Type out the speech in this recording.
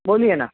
बोलीए ना